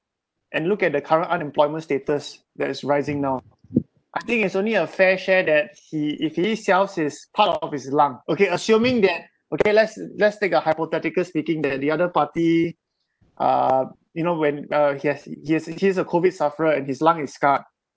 and look at the current unemployment status that is rising now I think it's only a fair share that he if he sells part of his lung okay assuming that okay let's let's take a hypothetical speaking that the other party uh you know when uh he has he has he is a COVID sufferer and his lung is scarred